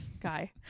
guy